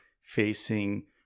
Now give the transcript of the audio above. facing